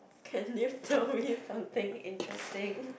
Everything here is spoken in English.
can you tell me something interesting